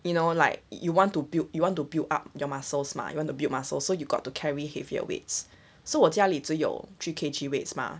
you know like you want to build you want to build up your muscles mah you want to build muscles so you've got to carry heavier weights so 我家里只有 three K_G weights mah